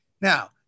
Now